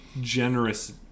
generous